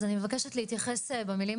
אז אני מבקשת להתייחס במילים